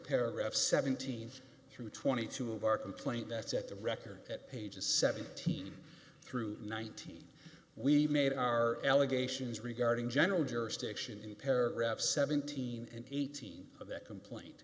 paragraph seventeen through twenty two of our complaint that set the record at pages seventeen through nineteen we made our allegations regarding general jurisdiction in paragraph seventeen and eighteen of that complaint